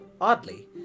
oddly